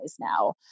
now